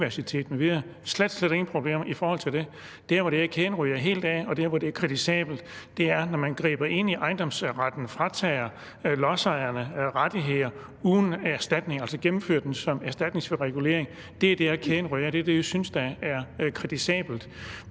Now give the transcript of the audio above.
har slet, slet ingen problemer i forhold til det. Der, hvor kæden ryger helt af, og der, hvor det er kritisabelt, er, når man griber ind i ejendomsretten, fratager lodsejerne rettigheder uden erstatning, altså gennemfører det som erstatningsfri regulering. Det er der, kæden ryger af, og det er det, vi synes er kritisabelt.